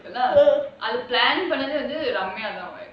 அந்த:antha plan பண்ணது வந்து:pannathu vanthu ramya தான்:thaan